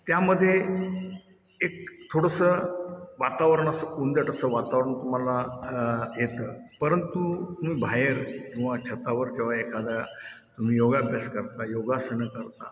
त्यामध्ये एक थोडंसं वातावरण असं कोंदट असं वातावरण तुम्हाला येतं परंतु तुम्ही बाहेर किंवा छतावर किंवा एखादा तुम्ही योगाभ्यास करता योगासनं करता